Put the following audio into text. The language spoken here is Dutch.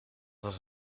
was